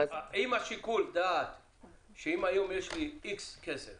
אם שיקול הדעת הוא שאם היום יש לי X כסף